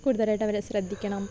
കൂടുതലായിട്ട് അവരെ ശ്രദ്ധിക്കണം